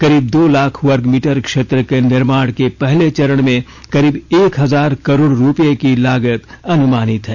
करीब दो लाख वर्ग मीटर क्षेत्र के निर्माण के पहले चरण में करीब एक हजार करोड़ रूपए की लागत अनुमानित है